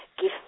Give